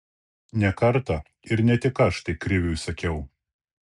ne kartą ir ne tik aš tai kriviui sakiau